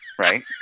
right